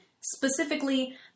specifically